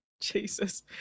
Jesus